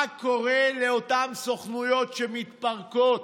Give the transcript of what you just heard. מה קורה לאותן סוכנויות שמתפרקות,